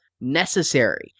necessary